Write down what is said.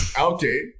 Okay